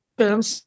films